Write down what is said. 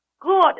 good